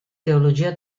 teologia